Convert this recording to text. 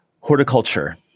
horticulture